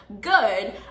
good